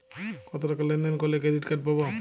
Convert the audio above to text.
কতটাকা লেনদেন করলে ক্রেডিট কার্ড পাব?